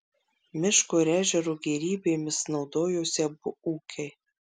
miško ir ežero gėrybėmis naudojosi abu ūkiai